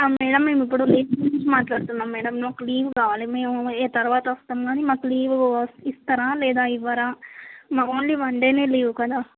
ఆ మేడమ్ మేము ఇప్పుడు లీవ్ గురించి మాట్లాడుతున్నాము మేడమ్ మాకు లీవ్ కావాలి మేము తర్వాత వస్తాము కానీ మాకు లీవ్ ఇస్తారా లేదా ఇవ్వరా ఓన్లీ వన్ డేనే లీవ్ కదా